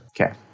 Okay